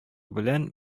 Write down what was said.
белән